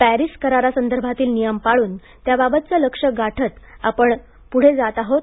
Paris करारासंदर्भातील नियम पाळून त्याबाबतचं लक्ष्य गाठत आपण गाठत आहोत